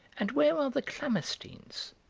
and where are the klammersteins?